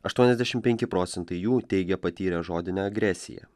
aštuoniasdešim penki procentai jų teigė patyrę žodinę agresiją